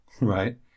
right